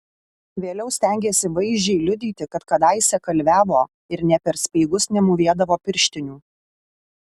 vėliau stengėsi vaizdžiai liudyti kad kadaise kalviavo ir nė per speigus nemūvėdavo pirštinių